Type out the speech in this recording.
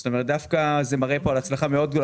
זאת אומרת, זה מראה כאן על הצלחה מאוד גדולה.